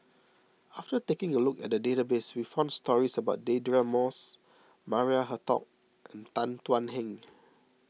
after taking a look at the database we found stories about Deirdre Moss Maria Hertogh and Tan Thuan Heng